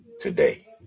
today